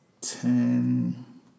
ten